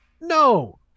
No